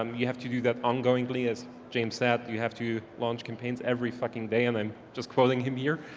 um you have to do that ongoingly as james said. you have to launch campaigns every fucking day and i'm just quoting him here.